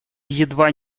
едва